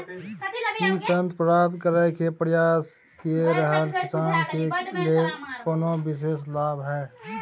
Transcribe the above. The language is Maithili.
की ऋण प्राप्त करय के प्रयास कए रहल किसान के लेल कोनो विशेष लाभ हय?